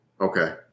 Okay